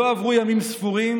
לא עברו ימים ספורים